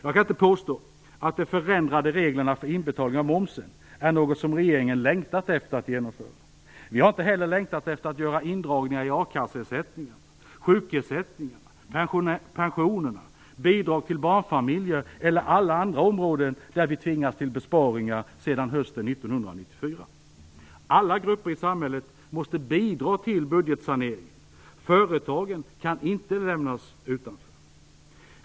Jag kan inte påstå att de förändrade reglerna för inbetalning av momsen var något som regeringen längtat efter att genomföra. Vi har inte heller längtat efter att göra indragningar i a-kasseersättningen, sjukersättningen, pensionerna, bidragen till barnfamiljerna och alla andra områden där vi tvingats till besparingar sedan hösten 1994. Alla grupper i samhället måste bidra till budgetsaneringen. Företagen kan inte lämnas utanför.